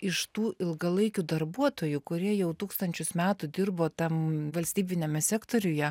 iš tų ilgalaikių darbuotojų kurie jau tūkstančius metų dirbo tam valstybiniame sektoriuje